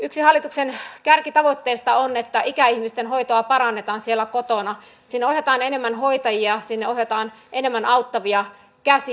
yksi hallituksen kärkitavoitteista on että ikäihmisten hoitoa parannetaan siellä kotona sinne ohjataan enemmän hoitajia sinne ohjataan enemmän auttavia käsiä